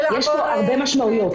יש פה הרבה משמעויות.